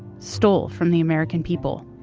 stole from the american people,